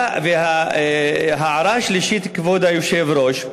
וההערה השלישית, כבוד היושב-ראש,